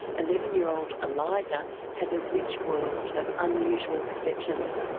and eleven-year-old eliza has a rich world of unusual perceptions.